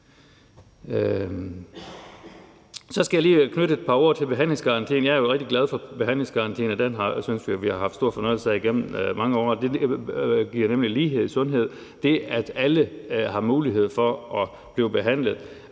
Så skal jeg lige knytte et par ord til behandlingsgarantien. Jeg er jo rigtig glad for behandlingsgarantien, og den synes vi vi har haft stor fornøjelse af igennem mange år, for den giver nemlig lighed i sundhed, og det handler jo om, at alle har mulighed for at blive behandlet,